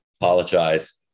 apologize